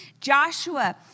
Joshua